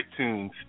iTunes